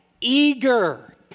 eager